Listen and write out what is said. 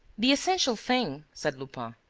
the essential thing, said lupin,